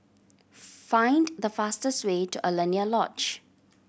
find the fastest way to Alaunia Lodge